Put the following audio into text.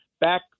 back